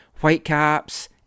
whitecaps